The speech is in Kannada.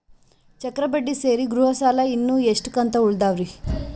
ಚಕ್ರ ಬಡ್ಡಿ ಸೇರಿ ಗೃಹ ಸಾಲ ಇನ್ನು ಎಷ್ಟ ಕಂತ ಉಳಿದಾವರಿ?